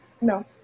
No